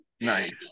Nice